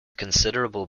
considerable